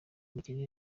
imikinire